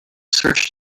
searched